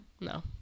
No